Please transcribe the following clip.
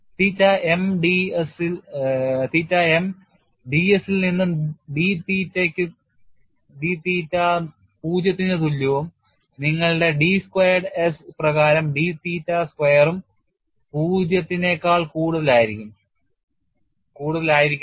തീറ്റ m dS ൽ നിന്ന് d തീറ്റ 0 ന് തുല്യവും നിങ്ങളുടെ d സ്ക്വയേർഡ് S പ്രകാരം d തീറ്റ സ്ക്വയറും 0 നേക്കാൾ കൂടുതലായിരിക്കണം